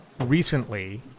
recently